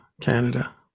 Canada